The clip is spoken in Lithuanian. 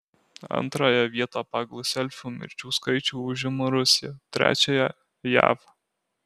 antrąją vietą pagal selfių mirčių skaičių užima rusija trečiąją jav